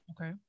Okay